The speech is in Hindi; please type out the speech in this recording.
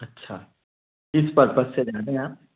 अच्छा किस परपस से जा रहे हैं आप